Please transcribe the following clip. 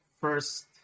first